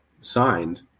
signed